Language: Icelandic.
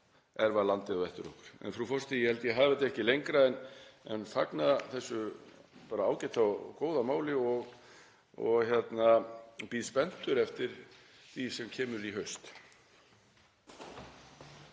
erfa landið á eftir okkur. Frú forseti. Ég held að ég hafi þetta ekki lengra en fagna þessu ágæta og góða máli og ég bíð spenntur eftir því sem kemur í haust.